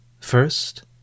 First